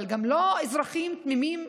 אבל לא אזרחים תמימים,